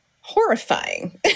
horrifying